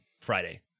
friday